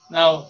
Now